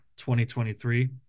2023